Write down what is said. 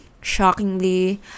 shockingly